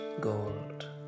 gold